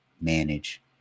manage